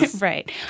Right